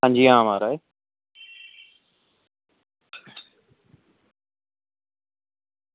हां जी हां म्हाराज